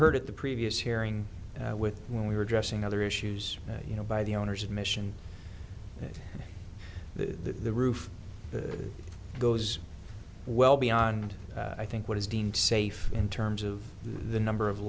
heard at the previous hearing with when we were addressing other issues that you know by the owners admission to the roof that goes well beyond i think what is deemed safe in terms of the number of